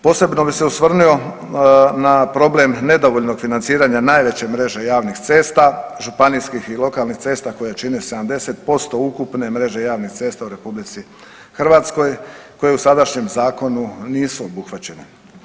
Posebno bih se osvrnuo na problem nedovoljnog financiranja najveće mreže javnih cesta, županijskih i lokalnih cesta koje čine 70% ukupne mreže javnih cesta u RH koje u sadašnjem zakonu nisu obuhvaćene.